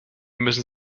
müssen